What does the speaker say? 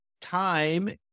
time